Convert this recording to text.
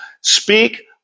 speak